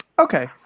Okay